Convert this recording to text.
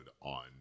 on